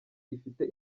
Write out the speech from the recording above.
ifite